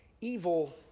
evil